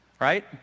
right